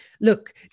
look